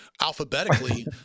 alphabetically